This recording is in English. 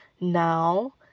now